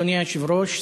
אדוני היושב-ראש,